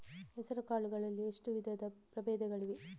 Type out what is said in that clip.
ಹೆಸರುಕಾಳು ಗಳಲ್ಲಿ ಎಷ್ಟು ವಿಧದ ಪ್ರಬೇಧಗಳಿವೆ?